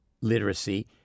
literacy